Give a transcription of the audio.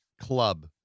club